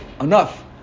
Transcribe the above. enough